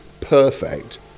perfect